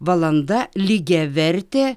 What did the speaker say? valanda lygiavertė